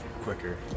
quicker